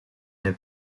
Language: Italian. nel